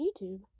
YouTube